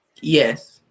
Yes